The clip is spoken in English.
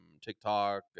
TikTok